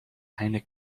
eindelijk